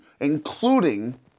including